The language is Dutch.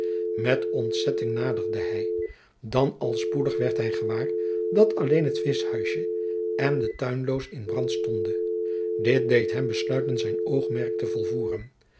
met ontzetting naderde hij dan al spoedig werd hij gewaar dat alleen het vischhuisje en de tuinloos in brand stonden dit deed hem besluiten zijn oogmerk te volvoeren